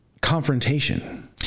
Confrontation